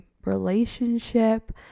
relationship